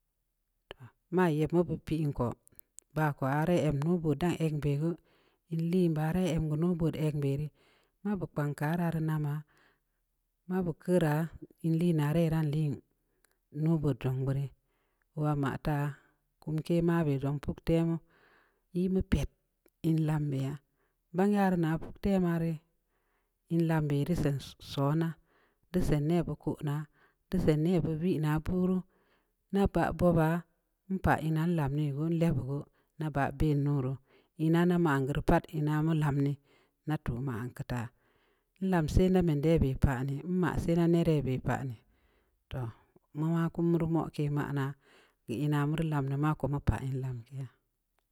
Toh, maa yeb mu beud piin ko, baa aah dai em nuubood dan eg'n beh geu, in liin baa dai em gu nuubood dan em beh rii, maa bu kpankaaraa rii namaa, mabu keuraa, in lii naa rai nan liin nuubood jong burii, oowaa mataa, kumke mabe jong puktemu, ii mu pet, in lam beya, bank ya rii na puktema rii, in lam beh rii sen sona, deu sen neh beued koo naa, deu sen neh beud vinaa buuruu, nna baah bobaa, npaa ina lam deu nlebeu gu, nna baah ben nuuruu, ina nna maan gu ri pat, mu lam di, nda tuu maan geu taa, nlam seh nda man de be paa nii? Nma seh nna nere be paa nii, mu maa kuru, muri moke manaa, geu ina muri man deu, mu pah in lamkeya.